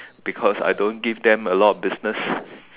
because I don't give them a lot of business